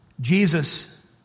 Jesus